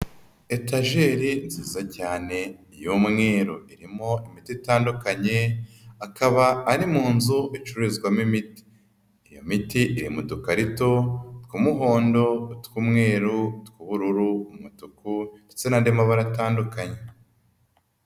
Etajeri nziza cyane y'umweru, irimo imiti itandukanye, akaba ari mu nzu icururizwamo imiti. Iyo miti iri mu dukarito tw'umuhondo, utw'umweru, utw'ubururu, umutuku ndetse n'andi mabara atandukanye.